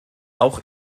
auch